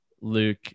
Luke